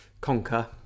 conquer